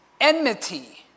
enmity